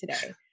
today